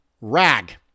rag